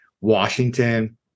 Washington